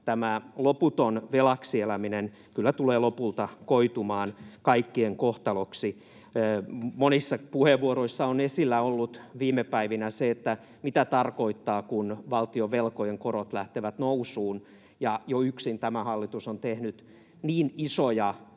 Tämä loputon velaksi eläminen kyllä tulee lopulta koitumaan kaikkien kohtaloksi. Monissa puheenvuoroissa on esillä ollut viime päivinä se, mitä tarkoittaa, kun valtionvelkojen korot lähtevät nousuun, ja jo yksin tämä hallitus on tehnyt niin isoja velkaantumisen